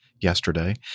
yesterday